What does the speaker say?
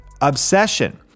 obsession